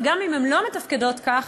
וגם אם הן לא מתפקדות כך,